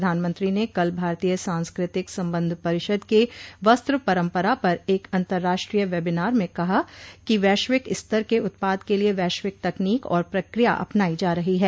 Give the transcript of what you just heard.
प्रधानमंत्री ने कल भारतीय सांस्कृतिक संबंध परिषद के वस्त्र परंपरा पर एक अंतराष्ट्रीय वेबिनार में कहा कि वैश्विक स्तर के उत्पाद के लिए वैश्विक तकनीक और प्रक्रिया अपनाई जा रही है